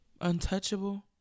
untouchable